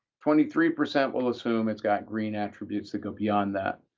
twenty three percent will assume it's got green attributes that go beyond that,